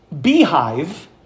beehive